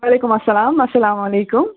وعلیکُم السلام السلام علیکُم